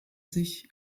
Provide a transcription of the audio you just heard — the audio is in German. sich